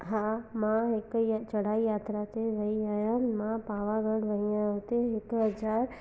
हा मां हिकु इहा चढ़ाई यात्रा ते वई आहियां मां पावागढ़ वई आयां हुते हिकु हज़ारु